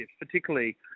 particularly